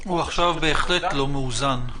הוא עכשיו בהחלט לא מאוזן.